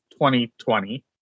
2020